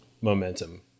momentum